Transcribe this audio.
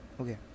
Okay